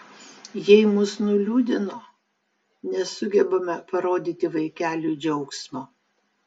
jei mus nuliūdino nesugebame parodyti vaikeliui džiaugsmo